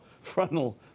frontal